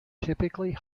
typically